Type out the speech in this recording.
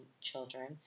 children